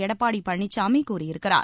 எடப்பாடி பழனிசாமி கூறியிருக்கிறார்